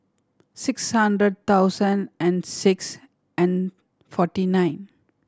six hundred thousand and six and forty nine